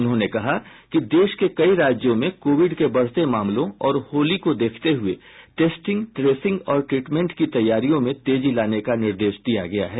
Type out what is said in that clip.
उन्होंने कहा कि देश के कई राज्यों में कोविड के बढ़ते मामलों और होली को देखते हुये टेस्टिंग ट्रेसिंग और ट्रीटमेंट की तैयारियों में तेजी लाने का निर्देश दिया गया है